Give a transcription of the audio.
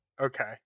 Okay